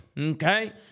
Okay